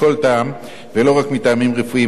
מכל טעם ולא רק מטעמים רפואיים,